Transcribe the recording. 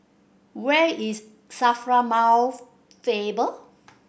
where is SAFRA Mouth Faber